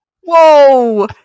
whoa